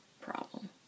problem